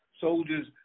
soldiers